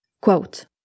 Quote